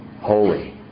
holy